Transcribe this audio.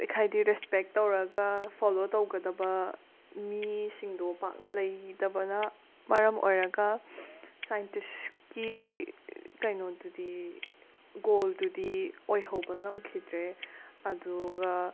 ꯍꯥꯏꯗꯤ ꯔꯦꯁꯄꯦꯛ ꯇꯧꯔꯒ ꯐꯣꯂꯣ ꯇꯧꯒꯗꯕ ꯃꯤꯁꯤꯡꯗꯣ ꯄꯥꯛꯅ ꯂꯩꯈꯤꯗꯕꯅ ꯃꯔꯝ ꯑꯣꯏꯔꯒ ꯁꯥꯏꯟꯇꯤꯁꯀꯤ ꯀꯩꯅꯣꯗꯨꯗꯤ ꯒꯣꯜꯗꯨꯗꯤ ꯑꯣꯏꯍꯧꯕ ꯉꯝꯈꯤꯗ꯭ꯔꯦ ꯑꯗꯨꯒ